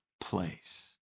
place